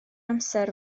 amser